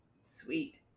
Sweet